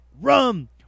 rum